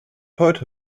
heute